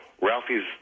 Ralphie's